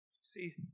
See